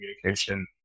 communication